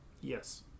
Yes